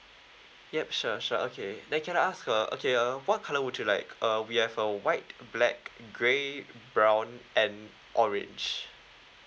yup sure sure okay then can I ask uh okay uh what colour would you like uh we have a white black grey brown and orange